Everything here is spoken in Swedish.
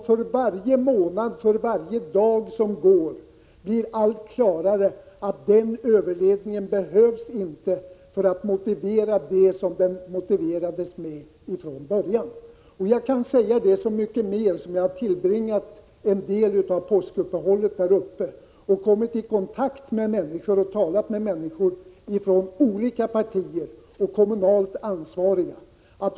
För varje månad och för varje dag som går blir det allt klarare att det motiv för behovet av överledning som från början anfördes inte håller. Jag kan säga det så mycket mer som jag har tillbringat en del av påskuppehållet där uppe. Jag har kommit i kontakt med och talat med människor från olika partier och med kommunalt ansvariga.